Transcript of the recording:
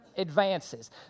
Advances